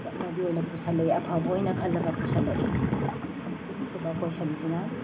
ꯆꯠꯅꯕꯤ ꯑꯣꯏꯅ ꯄꯨꯁꯤꯜꯂꯛꯑꯦ ꯑꯐꯕ ꯑꯣꯏꯅ ꯈꯜꯂꯒ ꯄꯨꯁꯤꯜꯂꯛꯑꯦ ꯑꯍꯨꯝꯁꯨꯕ ꯀꯣꯏꯁꯟꯁꯤꯅ